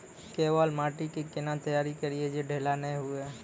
केवाल माटी के कैना तैयारी करिए जे ढेला नैय हुए?